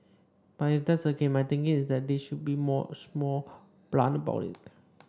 but if that's the case my thinking is that they should be more much more blunt about it